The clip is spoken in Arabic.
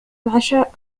العشاء